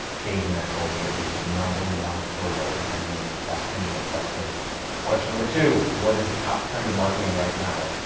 changing that culture is the number one hurdle in any manufacturing or industrial company. question number two what is the top trend in marketing right now?